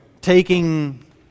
taking